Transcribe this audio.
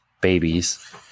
babies –